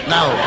Now